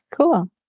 cool